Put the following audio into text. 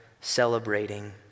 celebrating